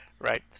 right